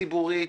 ציבורית,